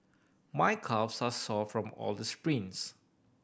my calves are sore from all the sprints